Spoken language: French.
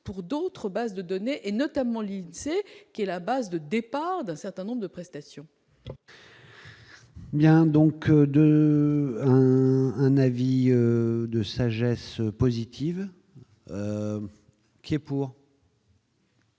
pour d'autres bases de données et notamment lycée qui est la base de départ d'un certain nombre de prestations. Bien donc de un avis de sagesse positive qui est pour.